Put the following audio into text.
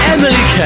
Emily